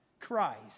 Christ